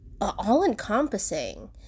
all-encompassing